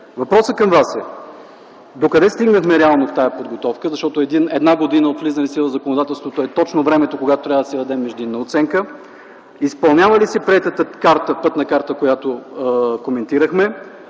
Въпросът към Вас е: докъде стигнахме реално в тази подготовка? Защото една година от влизането в законодателството е точно времето, когато трябва да се даде междинна оценка. Изпълнява ли се приетата Пътна карта, която коментирахме?